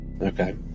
Okay